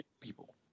people